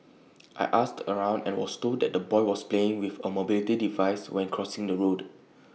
I asked around and was told that the boy was playing with A mobility device when crossing the road